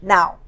Now